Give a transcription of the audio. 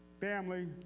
family